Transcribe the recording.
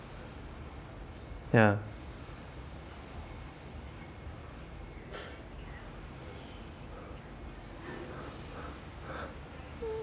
ya